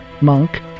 monk